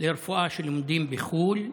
לרפואה שלומדים בחו"ל,